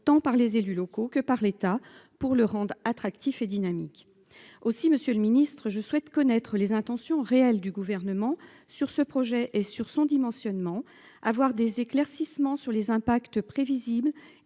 tant par les élus locaux que par l'État pour le rendre attractif et dynamique. Aussi, Monsieur le Ministre, je souhaite connaître les intentions réelles du gouvernement sur ce projet et sur son dimensionnement avoir des éclaircissements sur les impacts prévisibles